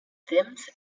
temps